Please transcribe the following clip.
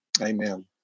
Amen